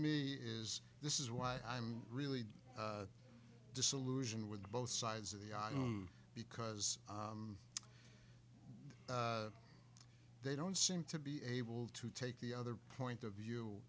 me is this is why i'm really disillusioned with both sides of the on because they don't seem to be able to take the other point of view